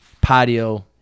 patio